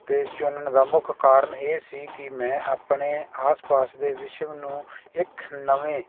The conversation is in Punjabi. ਤੇ ਚੁਣਨ ਦਾ ਮੁੱਖ ਕਾਰਨ ਇਹ ਸੀ ਕੀ ਮੈਂ ਆਪਣੇ ਆਸ ਪਾਸ ਦੇ ਵਿਸ਼ਵ ਨੂੰ ਇੱਕ ਨਵੇਂ